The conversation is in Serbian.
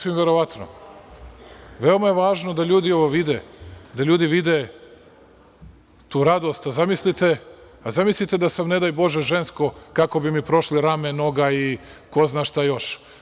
Veoma je važno da ljudi ovo vide, da ljudi vide tu radost, zamislite da sam ne daj Bože žensko, kako bi mi prošlo rame, noga i ko zna šta još.